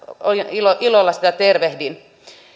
ilolla ilolla sitä tervehdin